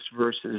versus